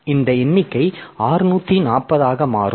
எனவே இந்த எண்ணிக்கை 640 ஆக மாறும்